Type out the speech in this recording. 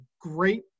great